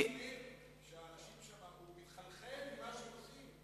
שר האוצר הבהיר שהוא מתחלחל ממה שהם עושים.